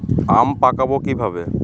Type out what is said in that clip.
আম পাকাবো কিভাবে?